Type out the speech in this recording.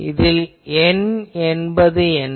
இதில் N என்பது என்ன